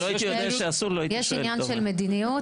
יש עניין של מדיניות.